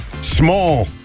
small